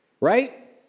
Right